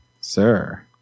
sir